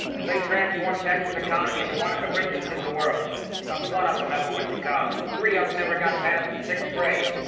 and they transformed texas' economy into one of the richest in the world. not one of them ever went to college. three of them never got past the sixth grade.